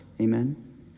amen